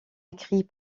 écrits